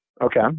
Okay